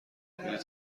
بلیط